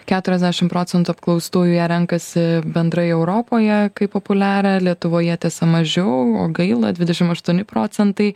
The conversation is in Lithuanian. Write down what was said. keturiasdešim procentų apklaustų jie renkasi bendrai europoje kaip populiarią lietuvoje tiesa mažiau gaila dvidešim aštuoni procentai